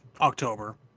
October